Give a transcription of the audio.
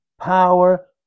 power